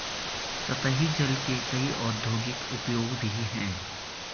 सतही जल के कई औद्योगिक उपयोग भी हैं